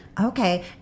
Okay